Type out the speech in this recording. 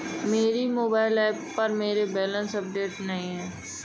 मेरे mobile app पर मेरा बैलेंस अपडेट नहीं है